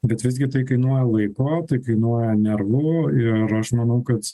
bet visgi tai kainuoja laiko tai kainuoja nervų ir aš manau kad